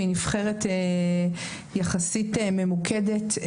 היא נבחרת יחסית ממוקדת.